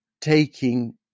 taking